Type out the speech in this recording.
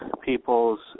people's